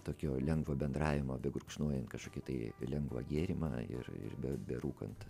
tokio lengvo bendravimo begurkšnojant kažkokį tai lengvą gėrimą ir ir berūkant